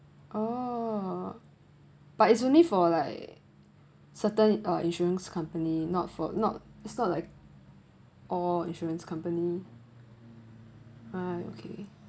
oh but it's only for like certain co insurance company not for not it's not like oh insurance company ha okay